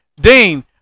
Dean